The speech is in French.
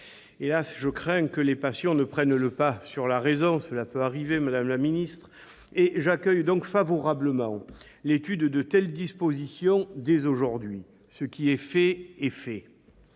! je crains que les passions ne prennent le pas sur la raison- cela peut arriver, madame la ministre -et j'accueille donc favorablement l'étude de telles dispositions dès aujourd'hui. Ce qui est fait est fait